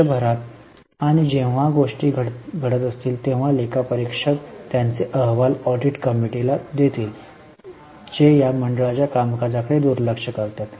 वर्षभरात आणि जेव्हा गोष्टी घडत असतील तेव्हा लेखा परीक्षक त्यांचे अहवाल ऑडिट कमिटीला देतील जे या मंडळाच्या कामकाजाकडे दुर्लक्ष करतात